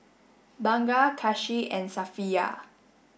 Bunga Kasih and Safiya